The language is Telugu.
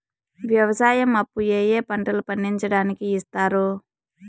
వ్యవసాయం అప్పు ఏ ఏ పంటలు పండించడానికి ఇస్తారు?